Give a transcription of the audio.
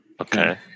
Okay